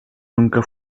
nunca